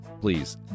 please